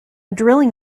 drilling